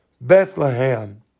Bethlehem